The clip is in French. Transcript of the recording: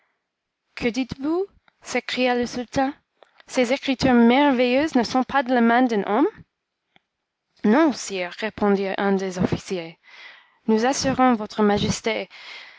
que dites-vous s'écria le sultan ces écritures merveilleuses ne sont pas de la main d'un homme non sire répondit un des officiers nous assurons votre majesté